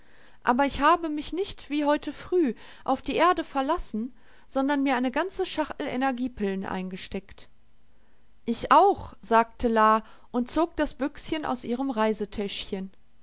aber ich habe mich nicht wie heute früh auf die erde verlassen sondern mir eine ganze schachtel energiepillen eingesteckt ich auch sagte la und zog das büchschen aus ihrem